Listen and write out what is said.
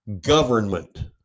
government